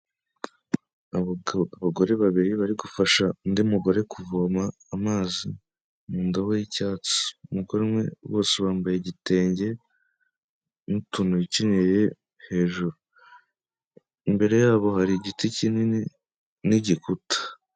Abagore babiri bari gufasha undi mugore kuvoma amazi mu ndobo y'icyatsi, umugore umwe bose bambaye igitenge, n'utuntu bikenyeje hejuru, imbere yabo hari igiti kinini n'igikuta.